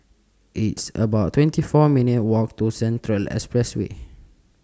It's about twenty four minutes' Walk to Central Expressway